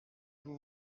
vous